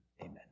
amen